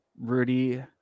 Rudy